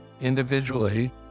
individually